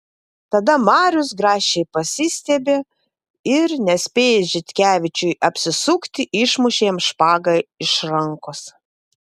tada marius grakščiai pasistiebė ir nespėjus žitkevičiui apsisukti išmušė jam špagą iš rankos